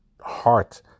heart